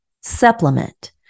supplement